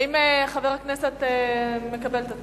האם חבר הכנסת מקבל את התנאי?